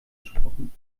gesprochen